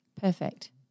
perfect